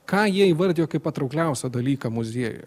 ką jie įvardijo kaip patraukliausią dalyką muziejuje